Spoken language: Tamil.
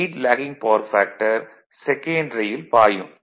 8 லேகிங் பவர் ஃபேக்டர் செகன்டரியில் பாயும்